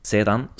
Sedan